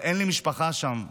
אין לי משפחה שם,